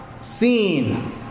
seen